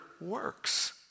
works